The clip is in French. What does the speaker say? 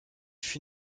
fut